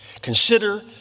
Consider